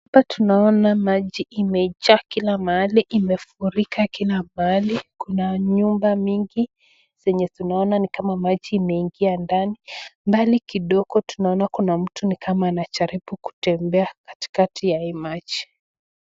Hapa tunaona maji imejaja kila mahali, imefurika kila pahali. Kuna nyumba mingi zenye tunaona ni kama maji imeingia ndani. Mbali kidogo tunaona kuna mtu ni kama anajaribu kutembea katikati ya hii maji.